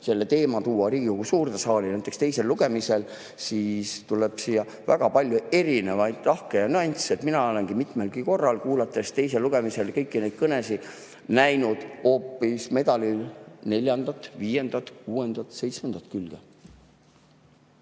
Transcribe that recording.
selle teema tuua Riigikogu suurde saali näiteks teisel lugemisel, siis on siin väga palju erinevaid tahke ja nüansse. Mina olengi mitmelgi korral, kuulates teisel lugemisel kõiki neid kõnesid, näinud medalil hoopis neljandat, viiendat, kuuendat või seitsmendat külge.